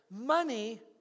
money